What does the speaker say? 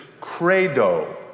credo